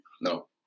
No